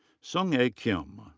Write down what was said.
sung ae kim.